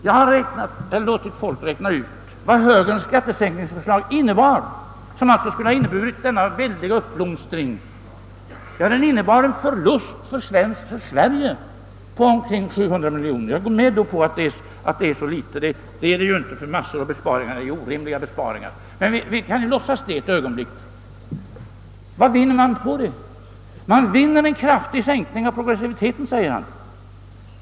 Jag har låtit personer räkna ut vad högerns skattesänkning innebär, den som skulle medföra denna väldiga uppblomstring. Ja, den skulle ha inneburit en förlust för Sverige på omkring 700 miljoner kronor. Vi kan ju låtsas att det är så litet, fast det ju egentligen inte förhåller sig så, eftersom många av högerns besparingsförslag är orimliga. Vi kan emellertid låtsas så för ett ögonblick. Vad vinner man på detta? Man vinner en kraftig sänkning av progressiviteten, säger herr Bohman.